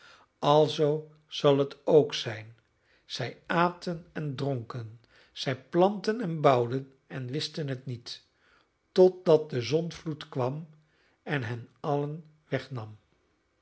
alzoo zal het ook zijn zij aten en dronken zij plantten en bouwden en wisten het niet totdat de zondvloed kwam en hen allen wegnam